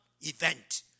event